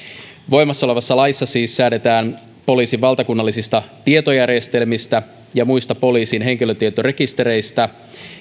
voimassa olevassa laissa siis säädetään poliisin valtakunnallisista tietojärjestelmistä ja muista poliisin henkilötietorekistereistä